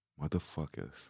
motherfuckers